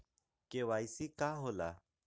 KYC का होला?